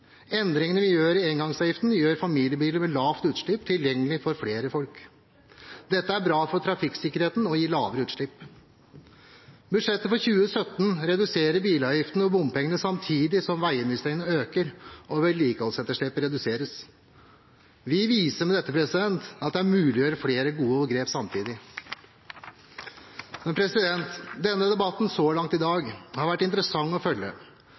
Endringene vi gjør med engangsavgiften, gjør familiebiler med lavt utslipp tilgjengelige for flere folk. Dette er bra for trafikksikkerheten og gir lavere utslipp. Budsjettet for 2017 reduserer bilavgiftene og bompengene, samtidig som veiinvesteringene øker og vedlikeholdsetterslepet reduseres. Vi viser med dette at det er mulig å ta flere gode grep samtidig. Denne debatten har så langt i dag vært interessant å følge.